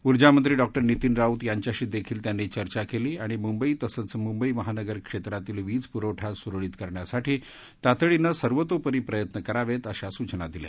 ऊर्जामंत्री डॉक्टर नितीन राऊत यांच्याशी देखील त्यांनी चर्चा केली आणि मुंबई तसंच मुंबई महानगर क्षेत्रातील वीज पुरवठा सुरळीत करण्यासाठी तातडीनं सर्वतोपरी प्रयत्न करावेत अशा सूचना दिल्या